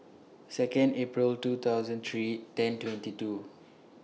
Second April two thousand three ten twenty two